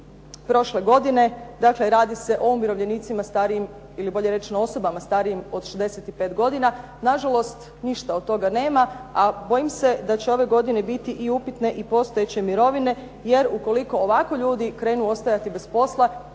ili bolje rečeno osobama starijim od 65 godina. Nažalost, ništa od toga nema, a bojim se da će ove godine biti upitne i postojeće mirovine, jer ukoliko ovako ljudi krenu ostajati bez posla,